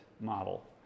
model